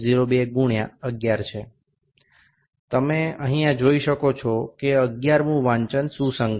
02 ગુણ્યા 11 છે તમે અહીંયા જોઈ શકો છો કે 11મુ વાંચન સુસંગત છે